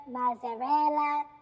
mozzarella